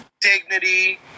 dignity